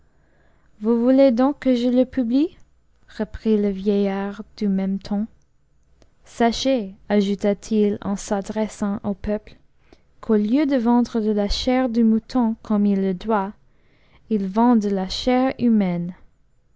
vous voulez donc que je le publie reprit le vieillard du même ton sachez ajouta-t-il en s'adressant au peuple qu'au lieu de vendre de la chair de mouton comme il le doit il vend de la chair humaine